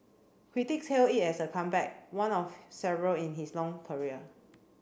critics hailed it as a comeback one of several in his long career